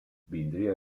vindria